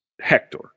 Hector